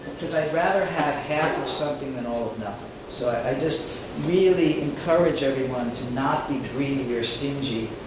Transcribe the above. because i'd rather have half of something than all of nothing. so i just really encourage everyone to not be greedy or stingy.